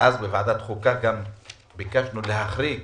בוועדת החוקה ביקשנו להחריג